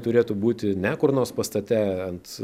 turėtų būti ne kur nors pastate ant